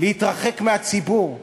להתרחק מהציבור.